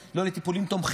לא טיפולים תומכים,